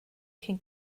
cyn